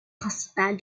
principale